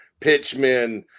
pitchmen